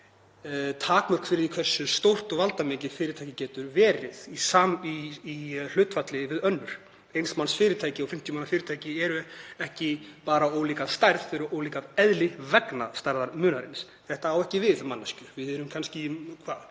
fyrir því hversu stórt og valdamikið fyrirtæki getur verið í hlutfalli við önnur. Eins manns fyrirtæki og 50 manna fyrirtæki eru ekki bara ólík að stærð, þau eru ólík að eðli vegna stærðarmunarins. Þetta á ekki við um manneskjur. Við erum kannski